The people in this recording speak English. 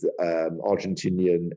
Argentinian